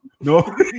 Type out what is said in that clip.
No